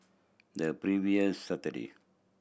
the previous Saturday